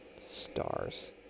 Stars